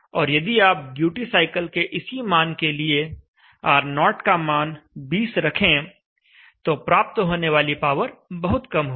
और यदि आप ड्यूटी साइकिल के इसी मान के लिए R0 का मान 20 रखें तो प्राप्त होने वाली पावर बहुत कम होगी